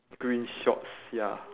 green shorts ya